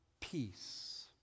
peace